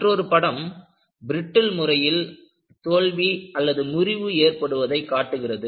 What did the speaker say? மற்றொரு படம் பிரிட்டில் முறையில் தோல்வி முறிவு ஏற்படுவதை காட்டுகிறது